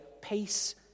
peace